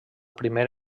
primer